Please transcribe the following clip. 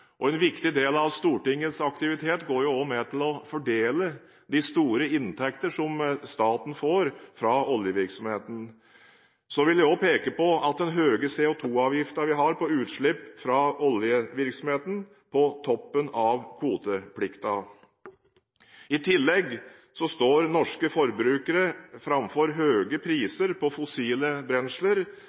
En viktig del av Stortingets aktivitet går også med til å fordele de store inntektene som staten får fra oljevirksomheten. Jeg vil også peke på den høye CO2-avgiften vi har på utslipp fra petroleumsvirksomheten på toppen av kvoteplikten. Norske forbrukere står dessuten overfor høye priser på fossile brensler